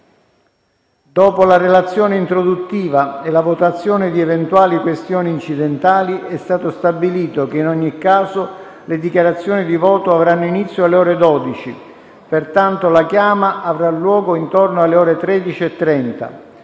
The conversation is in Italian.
Dopo la relazione introduttiva e la votazione di eventuali questioni incidentali, è stato stabilito che in ogni caso le dichiarazioni di voto avranno inizio alle ore 12. Pertanto la chiama avrà luogo intorno alle ore 13,30.